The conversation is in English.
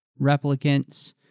replicants